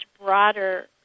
broader